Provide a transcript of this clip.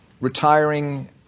retiring